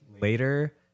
later